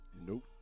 Nope